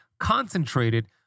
Concentrated